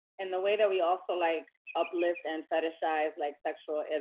and the way that we also like uplift and fetishize like sexual